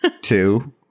two